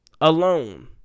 alone